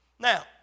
Now